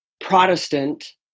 Protestant